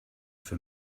for